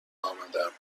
آمدم